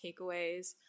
takeaways